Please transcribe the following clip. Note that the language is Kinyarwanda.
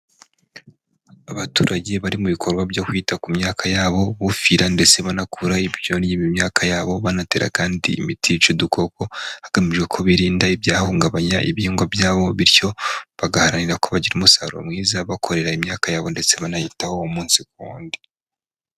Abaturage bari mu bikorwa byo kwita ku myaka yabo, bufira ndetse banakura ibyonyi mu myaka yabo, banaterara kandi imiti yica udukoko, hagamijwe ko birinda ibyahungabanya ibihigwa byabo, bityo bagaharanira ko bagira umusaruro mwiza bakorera imyaka yabo ndetse banayitaho umunsi ku wundi.